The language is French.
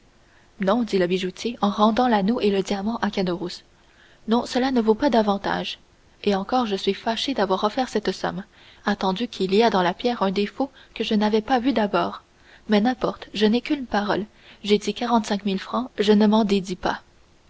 non dit le bijoutier en rendant l'anneau et le diamant à caderousse non cela ne vaut pas davantage et encore je suis fâché d'avoir offert cette somme attendu qu'il y a dans la pierre un défaut que je n'avais pas vu d'abord mais n'importe je n'ai qu'une parole j'ai dit quarante-cinq mille francs je ne m'en dédis pas